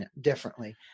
differently